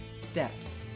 steps